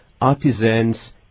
artisans